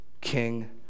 king